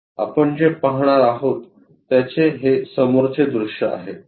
आपण जे पाहणार आहोत त्याचे हे समोरचे दृश्य आहे